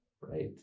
right